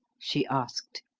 she asked.